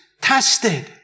tested